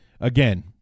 again